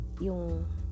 yung